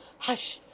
hush!